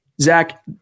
Zach